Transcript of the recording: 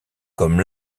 comme